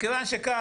מכיוון שכך,